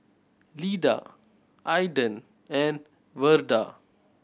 Leda Aedan and Verda